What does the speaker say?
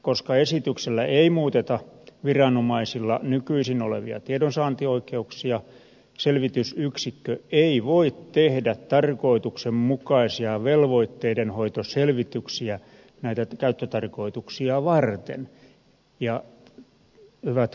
koska esityksellä ei muuteta viranomaisilla nykyisin olevia tiedonsaantioikeuksia selvitysyksikkö ei voisi tehdä tarkoituksenmukaisia velvoitteidenhoitoselvityksiä näitä käyttötarkoituksia varten